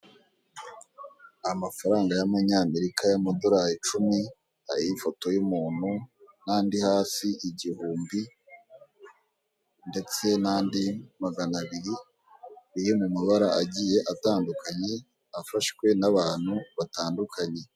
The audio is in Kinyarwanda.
Amafaranga y'amanyamerika y'amadolari icumi, ariho ifoto y'umuntu n'andi hasi igihumbi ndetse n'andi magana abiri, biri mu mabara agiye atandukanye, afashwe n'abantu batandukanye.